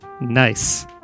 Nice